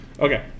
Okay